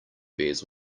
bears